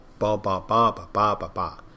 Ba-ba-ba-ba-ba-ba-ba